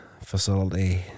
facility